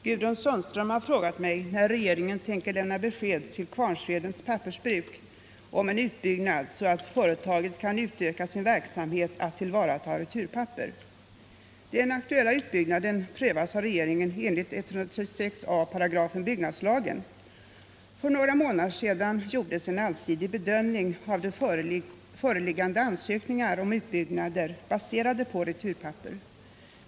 Herr talman! Gudrun Sundström har frågat mig när regeringen tänker lämna besked till Kvarnsvedens Pappersbruk om en utbyggnad så att företaget kan utöka sin verksamhet att tillvarata returpapper. Den aktuella utbyggnaden prövas av regeringen enligt 136 a § byggnadslagen. För några månader sedan gjordes en allsidig bedömning av föreliggande ansökningar om utbyggnader baserade på returpapper.